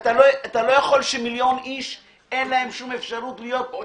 אתה לא יכול שלמיליון איש אין שום אפשרות --- עבד